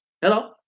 Hello